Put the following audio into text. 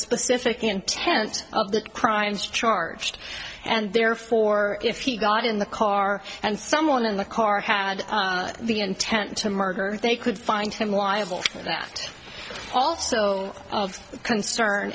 specific intent of the crimes charged and therefore if he got in the car and someone in the car had the intent to murder they could find him liable that also concern